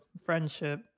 friendship